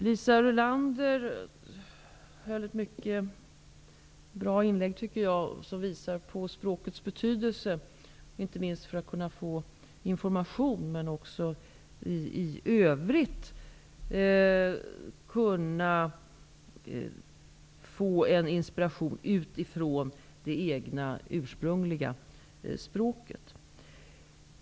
Liisa Rulander hade ett mycket bra inlägg, tycker jag, som visar språkets betydelse, inte minst för att kunna få information, men också för att i övrigt kunna få inspiration utifrån det egna ursprungliga språket.